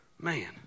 Man